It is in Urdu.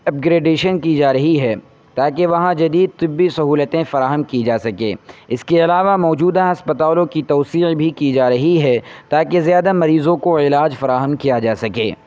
اپگرڈیشن کی جا رہی ہے تاکہ وہاں جدید طبی سہولتیں فراہم کی جا سکیں اس کے علاوہ موجودہ ہسپتالوں کی توصیع بھی کی جا رہی ہے تاکہ زیادہ مریضوں کو علاج فراہم کیا جا سکے